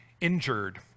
injured